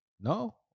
No